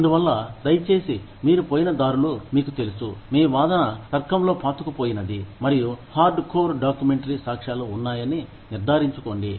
అందువల్ల దయచేసి మీరు పోయినదారులు మీకు తెలుసు మీ వాదన తర్కంలో పాతుకుపోయినది మరియు హార్డ్ కోర్ డాక్యుమెంటరీ సాక్ష్యాలు ఉన్నాయని నిర్ధారించుకోండి